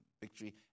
victory